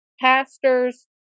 pastors